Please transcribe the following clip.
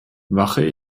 wache